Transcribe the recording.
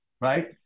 Right